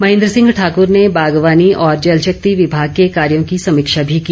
महेन्द्र सिंह ठाकर ने बागवानी और जल शक्ति विभाग के कार्यो की समीक्षा भी की